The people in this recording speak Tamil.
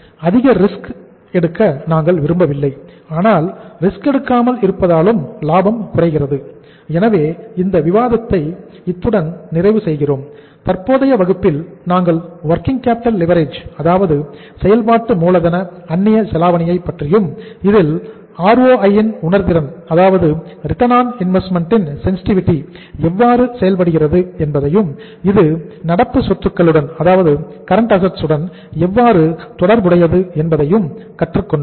அதிக ரிஸ்க் அதாவது செயல்பாட்டு மூலதனம் அந்நிய செலாவணியை பற்றியும் இதில் ROI ன் உணர்திறன் எவ்வாறு செயல்படுகிறது என்பதையும் இது நடப்பு சொத்துக்களுடன் எவ்வாறு தொடர்புடையது என்பதையும் கற்றுக்கொண்டோம்